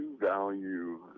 value